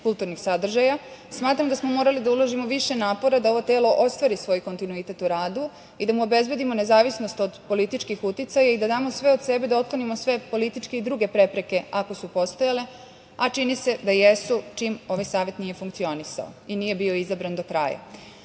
kulturnih sadržaja, smatram da smo morali da uložimo više napora da ovo telo ostvari svoj kontinuitet u radu i da mu obezbedimo nezavisnost od političkih uticaja i da damo sve od sebe da otklonimo sve političke i druge prepreke, ako su postojale, a čini se da jesu, čim ovaj Savet nije funkcionisao i nije bio izabran do kraja.S